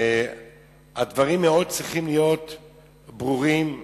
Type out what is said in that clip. הדברים צריכים להיות ברורים מאוד.